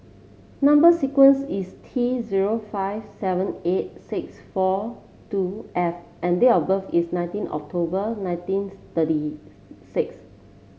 number sequence is T zero five seven eight six four two F and date of birth is nineteen October nineteen thirty six